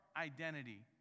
identity